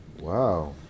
Wow